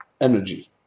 energy